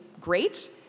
great